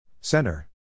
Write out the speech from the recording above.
Center